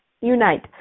unite